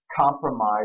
compromise